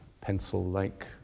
pencil-like